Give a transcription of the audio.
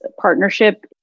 partnership